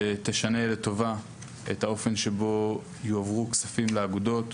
שתשנה לטובה את האופן שבו יועברו כספים לאגודות,